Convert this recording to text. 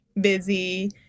busy